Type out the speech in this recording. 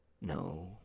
No